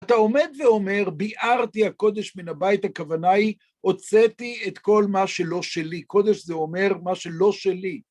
אתה עומד ואומר, ביערתי הקודש מן הבית, הכוונה היא, הוצאתי את כל מה שלא שלי, קודש זה אומר מה שלא שלי.